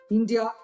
India